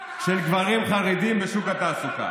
של גברים חרדים בשוק התעסוקה.